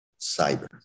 cyber